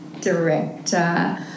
director